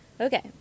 Okay